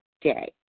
day